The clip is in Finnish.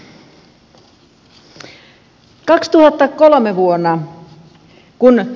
arvoisa puhemies